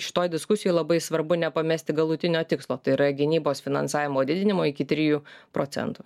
šitoj diskusijoj labai svarbu nepamesti galutinio tikslo tai yra gynybos finansavimo didinimo iki trijų procentų